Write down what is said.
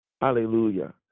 Hallelujah